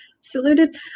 saluted